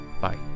Bye